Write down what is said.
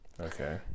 Okay